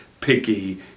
picky